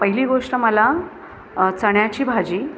पहिली गोष्ट मला चण्याची भाजी